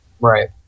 Right